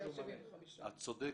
את צודקת.